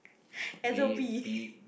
S_O_P